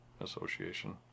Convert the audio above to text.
association